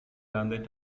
lantai